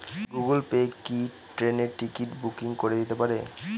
Google pay কি ট্রেনের ticket booking করে দিতে পারে?